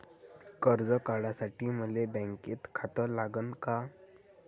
कर्ज काढासाठी मले बँकेत खातं लागन का?